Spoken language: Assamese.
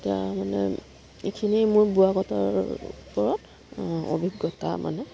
এতিয়া মানে এইখিনি মোৰ বোৱা কটাৰ ওপৰত অভিজ্ঞতা মানে